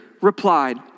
replied